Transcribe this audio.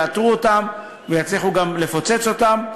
יאתרו אותן ויצליחו גם לפוצץ אותן.